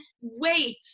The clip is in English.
wait